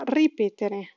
ripetere